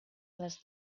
les